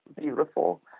beautiful